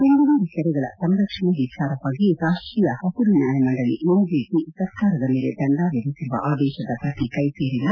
ಬೆಂಗಳೂರು ಕೆರೆಗಳ ಸಂರಕ್ಷಣೆ ವಿಚಾರವಾಗಿ ರಾಷ್ಟೀಯ ಹಸಿರು ನ್ಯಾಯಮಂಡಳಿ ಎನ್ಜಿಟಿ ಸರ್ಕಾರದ ಮೇಲೆ ದಂಡ ವಿಧಿಸಿರುವ ಆದೇಶದ ಪ್ರತಿ ಕೈ ಸೇರಿಲ್ಲ